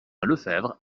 lefebvre